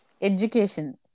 Education